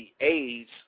AIDS